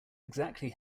exactly